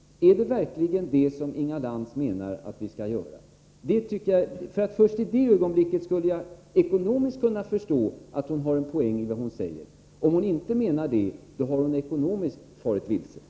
Är det verkligen det som Inga Lantz menar att vi skall göra? Först i det ögonblicket skulle jag ekonomiskt kunna förstå att det finns en poäng i det hon säger. Om hon inte menar det har hon ekonomiskt farit vilse.